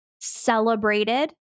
celebrated